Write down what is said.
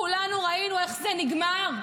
כולנו ראינו איך זה נגמר.